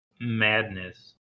madness